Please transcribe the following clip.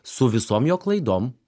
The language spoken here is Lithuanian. su visom jo klaidom